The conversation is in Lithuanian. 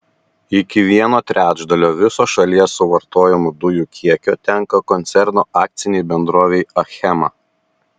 iki vieno trečdalio viso šalies suvartojamų dujų kiekio tenka koncerno akcinei bendrovei achema